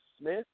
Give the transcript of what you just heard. Smith